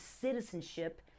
citizenship